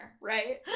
right